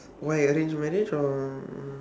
why arranged marriage or